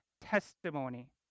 testimony